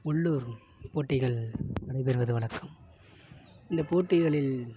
உள்ளுர் போட்டிகள் நடைபெறுவது வழக்கம் இந்த போட்டிகளில்